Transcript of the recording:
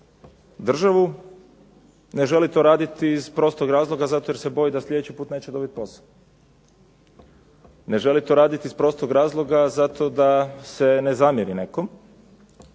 državu ne želi to raditi iz prostog razloga zato jer se boji da sljedeći put neće dobiti posao. Ne želi to raditi iz prostog razloga zato da se ne zamjeri nekom,